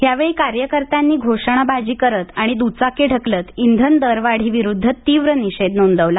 यावेळी कार्यकर्त्यांनी घोषणाबाजी करत आणि दुचाकी ढकलत इंधन दरवाढीविरुद्ध तीव्र निषेध नोंदवला